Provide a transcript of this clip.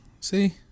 See